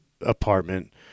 apartment